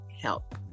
help